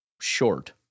Short